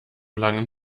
langen